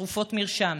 לתרופות מרשם,